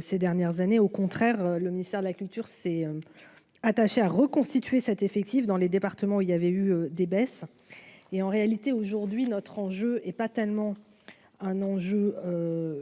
ces dernières années, au contraire, le ministère de la Culture s'est attachée à reconstituer cet effectif dans les départements où il y avait eu des baisses et en réalité aujourd'hui notre enjeu est pas tellement un enjeu de